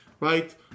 right